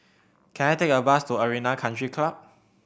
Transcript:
can I take a bus to Arena Country Club